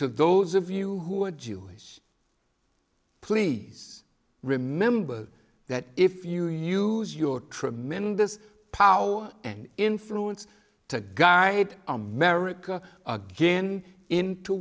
to those of you who are jewish please remember that if you use your tremendous power and influence to guide america again into